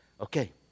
okay